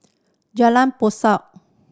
Jalan Basong